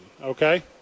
okay